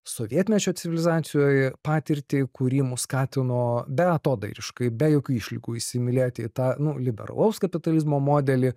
sovietmečio civilizacijoj patirtį kuri mus skatino beatodairiškai be jokių išlygų įsimylėti į tą nu liberalaus kapitalizmo modelį